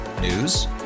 News